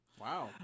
Wow